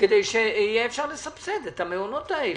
כדי שיהיה אפשר לסבסד את המעונות האלה,